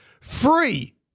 free